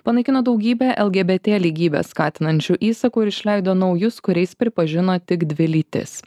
panaikino daugybę lgbt lygybę skatinančių įsakų ir išleido naujus kuriais pripažino tik dvi lytis